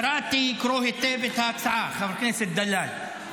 קראתי קרוא היטב את ההצעה, חבר הכנסת דלל.